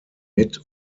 mit